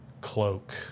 cloak